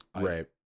right